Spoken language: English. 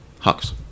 Hux